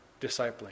discipling